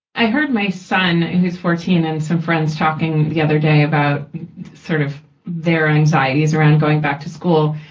i heard my son, who's fourteen and some friends talking the other day about sort of their anxieties around going back to school.